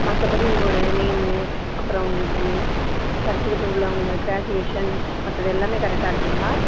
மற்றபடி உங்களோடய நேமு அப்புறம் உங்களுக்கு சர்டிஃபிக்கேட் உள்ளவங்க க்ராஜுவேஷன் மற்றது எல்லாமே கரெக்டாக இருக்குதுங்களா